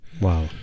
Wow